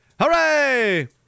Hooray